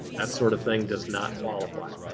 that sort of thing does not qualify.